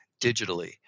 digitally